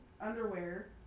underwear